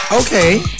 Okay